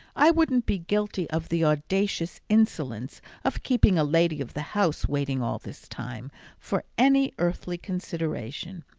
i wouldn't be guilty of the audacious insolence of keeping a lady of the house waiting all this time for any earthly consideration.